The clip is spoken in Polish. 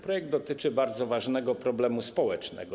Projekt dotyczy bardzo ważnego problemu społecznego.